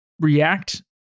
react